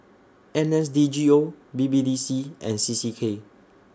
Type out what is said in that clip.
N S D G O B B D C and C C K